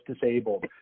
disabled